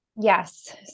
Yes